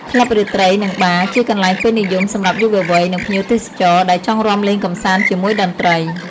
ក្លឹបរាត្រី និងបារ ជាកន្លែងពេញនិយមសម្រាប់យុវវ័យ និងភ្ញៀវទេសចរ ដែលចង់រាំលេងកម្សាន្តជាមួយតន្ត្រី។